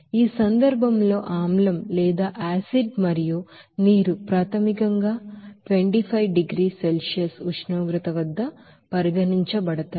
ఈ సందర్భంలో ఆమ్లం మరియు నీరు ప్రాథమికంగా 25 డిగ్రీల సెల్సియస్ ఉష్ణోగ్రత వద్ద పరిగణించబడతాయి